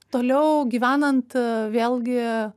toliau gyvenant vėlgi